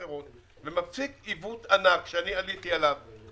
היה אחרי שניתן האישור של היועץ המשפטי של משרד האוצר,